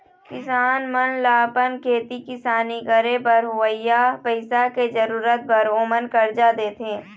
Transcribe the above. किसान मन ल अपन खेती किसानी करे बर होवइया पइसा के जरुरत बर ओमन करजा देथे